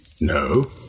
No